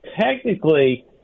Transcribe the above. Technically